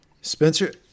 Spencer